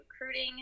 recruiting